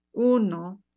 uno